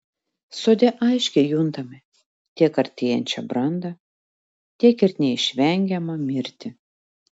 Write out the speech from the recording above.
sode aiškiai juntame tiek artėjančią brandą tiek ir neišvengiamą mirtį